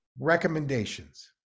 recommendations